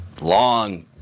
long